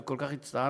וכל כך הצטערנו.